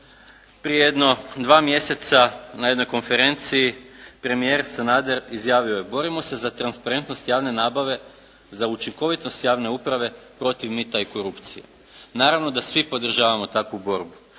prije jedno dva mjeseca na jednoj konferenciji premijer Sanader izjavio je "Borimo se za transparentnost javne nabave, za učinkovitost javne uprave protiv mita i korupcije.". Naravno da svi podržavamo takvu borbu,